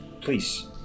please